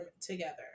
together